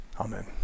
Amen